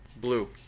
Blue